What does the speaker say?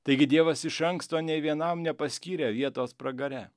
taigi dievas iš anksto nė vienam nepaskyrė vietos pragare